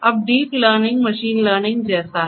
अब deep learning machine learning जैसा है